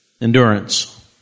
endurance